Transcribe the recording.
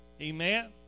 Amen